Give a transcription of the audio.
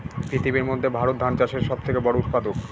পৃথিবীর মধ্যে ভারত ধান চাষের সব থেকে বড়ো উৎপাদক